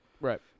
Right